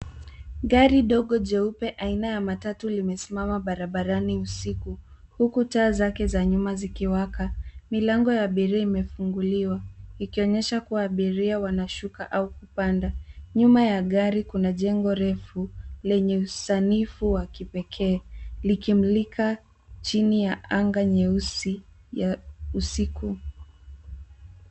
Gari dogo jeupe aina ya matatu limesimama barabarani usiku, huku taa zake za nyuma zikiwaka. Milango ya abiri imefunguliwa, ikionyesha kuwa abiria wanashuka au kupanda. Nyuma ya gari kuna jengo refu, lenye usanifu wa kipekee. Likimulika chini ya anga nyeusi, ya usiku.